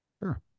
sure